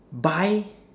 buy